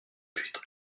buts